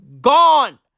gone